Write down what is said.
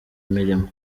mirimo